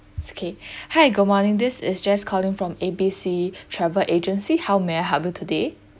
okay hi good morning this is jess calling from A B C travel agency how may I help you today